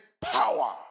power